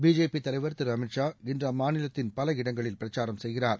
BJP தலைவர் திரு அமித் ஷா இன்று அம்மாநிலத்தின் பல இடங்களில் பிரச்சாரம் செய்கிறார்